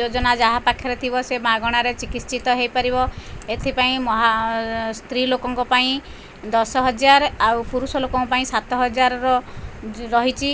ଯୋଜନା ଯାହା ପାଖରେ ଥିବ ସେ ମାଗଣାରେ ଚିକିତ୍ସିତ ହେଇପାରିବ ଏଥିପାଇଁ ମହା ସ୍ତ୍ରୀଲୋକଙ୍କ ପାଇଁ ଦଶ ହଜାର ଆଉ ପୁରୁଷ ଲୋକଙ୍କ ପାଇଁ ସାତ ହଜାରର ରହିଚି